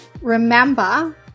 Remember